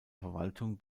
verwaltung